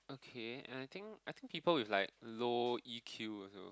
okay and I think I think people with like low E_Q also